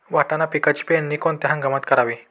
वाटाणा पिकाची पेरणी कोणत्या हंगामात करावी?